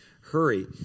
hurry